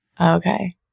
Okay